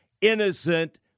innocent